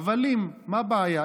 הבלים, מה הבעיה?